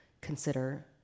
consider